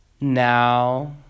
now